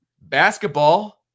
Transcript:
basketball